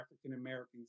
African-Americans